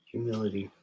Humility